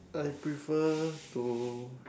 I prefer to